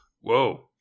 Whoa